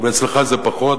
ואצלך זה פחות.